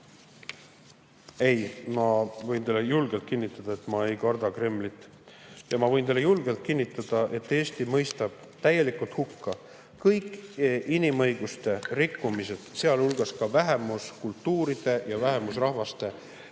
Ei, ma võin teile julgelt kinnitada, et ma ei karda Kremlit. Ja ma võin teile julgelt kinnitada, et Eesti mõistab täielikult hukka kõik inimõiguste rikkumised, sealhulgas vähemuskultuuride ja vähemusrahvaste